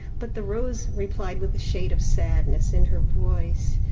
but the rose replied with a shade of sadness in her voice,